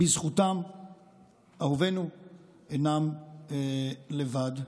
בזכותם אהובינו אינם לבד.